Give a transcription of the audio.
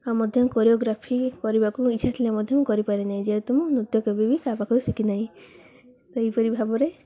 ଆଉ ମଧ୍ୟ କୋରିଓଗ୍ରାଫି କରିବାକୁ ଇଚ୍ଛା ଥିଲେ ମଧ୍ୟ ମୁଁ କରିପାରେନାହିଁ ଯେହେତୁ ମୁଁ ନୃତ୍ୟ କେବେ ବି ତା' ପାଖରୁ ଶିଖିନାହିଁ ଏହିପରି ଭାବରେ